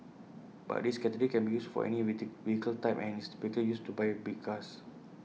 but this category can be used for any wait vehicle type and is typically used to buy big cars